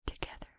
together